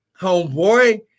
homeboy